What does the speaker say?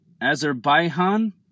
Azerbaijan